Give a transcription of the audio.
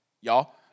y'all